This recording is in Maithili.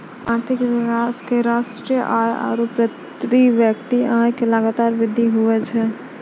आर्थिक विकास मे राष्ट्रीय आय आरू प्रति व्यक्ति आय मे लगातार वृद्धि हुवै छै